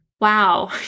wow